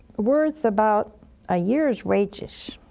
worth about a year's wages,